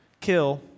kill